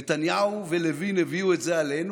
נתניהו ולוין הביאו את זה עלינו,